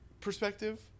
perspective